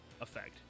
effect